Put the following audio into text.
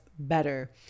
better